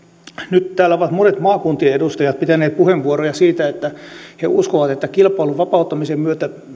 nyt täällä ovat monet maakuntien edustajat pitäneet puheenvuoroja siitä että he uskovat että kilpailun vapauttamisen myötä